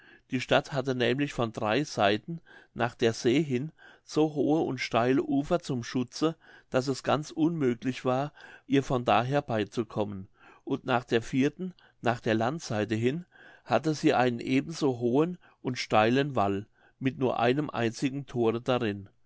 die stadt hatte nämlich von drei seiten nach der see hin so hohe und steile ufer zum schutze daß es ganz unmöglich war ihr von daher beizukommen und nach der vierten nach der landseite hin hatte sie einen eben so hohen und steilen wall mit nur einem einzigen thore darin